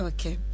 Okay